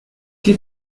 qué